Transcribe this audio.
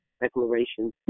declaration